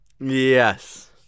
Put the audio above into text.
Yes